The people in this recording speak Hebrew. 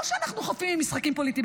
לא שאנחנו חפים ממשחקים פוליטיים,